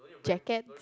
jacket